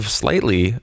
slightly